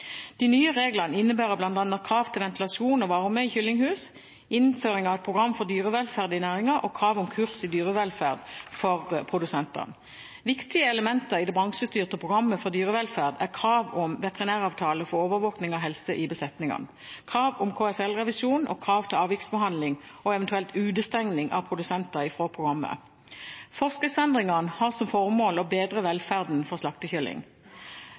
De nye reglene innebærer bl.a. krav til ventilasjon og varme i kyllinghus, innføring av et program for dyrevelferd i næringen og krav om kurs i dyrevelferd for produsentene. Viktige elementer i det bransjestyrte programmet for dyrevelferd er krav om veterinæravtale for overvåkning av helse i besetningene, krav om KSL-revisjon og krav til avviksbehandling og eventuelt utestenging av produsenter fra programmet. Forskriftsendringene har som formål å bedre velferden for slaktekylling.